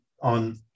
on